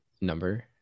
number